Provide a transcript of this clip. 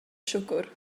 siwgr